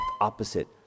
opposite